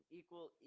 equal